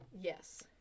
Yes